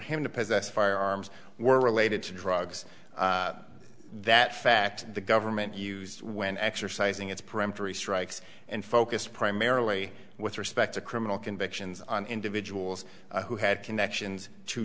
him to possess firearms were related to drugs that fact the government used when exercising its peremptory strikes and focused primarily with respect to criminal convictions on individuals who had connections to